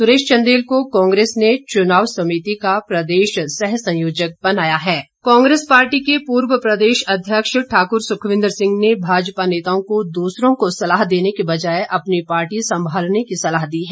सुरेश चंदेल को कांग्रेस ने चुनावी समिति का प्रदेश सह संयोजक बनाया है सुखविंदर सुक्खू कांग्रेस पार्टी के पूर्व प्रदेश अध्यक्ष ठाकुर सुखविंदर सिंह ने भाजपा नेताओं को दूसरों को सलाह देने की बजाए अपनी पार्टी सम्भालने की सलाह दी है